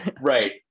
right